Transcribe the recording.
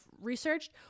researched